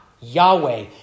Yahweh